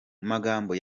magambo